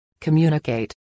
Communicate